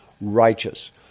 righteous